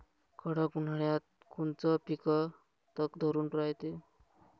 कडक उन्हाळ्यात कोनचं पिकं तग धरून रायते?